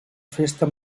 festa